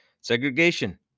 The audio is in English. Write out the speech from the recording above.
Segregation